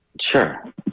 Sure